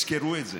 ותזכרו את זה.